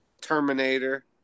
Terminator